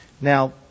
Now